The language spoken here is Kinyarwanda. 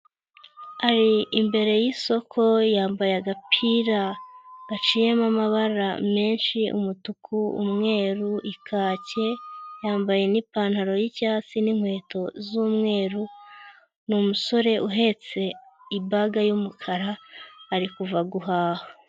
Ari imbere y'isoko yambaye agapira gaciyemo amabara menshi, umutuku, umweru, ikake, yambaye n'ipantaro y'icyatsi n'inkweto z'umweru. Ni umusore uhetse ibaga y'umukara ari kuva guhaha.